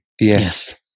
Yes